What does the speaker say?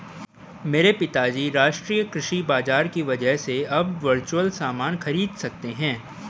मेरे पिताजी राष्ट्रीय कृषि बाजार की वजह से अब वर्चुअल सामान खरीद सकते हैं